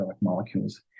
molecules